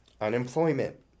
Unemployment